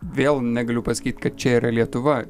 vėl negaliu pasakyt kad čia yra lietuva